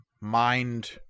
mind